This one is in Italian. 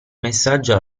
messaggio